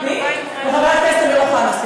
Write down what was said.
חבר הכנסת אמיר אוחנה.